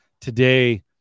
Today